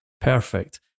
perfect